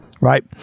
right